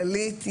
כללית,